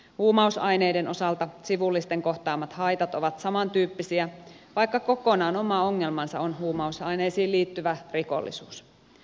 huumausaineiden osalta sivullisten kohtaamat haitat ovat samantyyppisiä vaikka kokonaan oma ongelmansa on huumausaineisiin liittyvä rikollisuus